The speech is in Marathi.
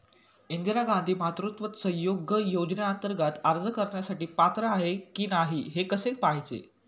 इंदिरा गांधी मातृत्व सहयोग योजनेअंतर्गत अर्ज करण्यासाठी पात्र आहे की नाही हे कसे पाहायचे?